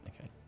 Okay